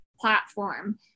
platform